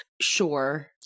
Sure